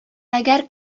әгәр